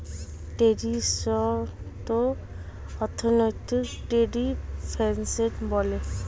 trade সংক্রান্ত অর্থনীতিকে trade finance বলে